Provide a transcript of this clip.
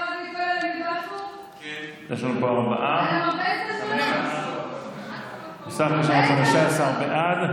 יש לנו פה ארבעה, ובסך הכול 15 בעד.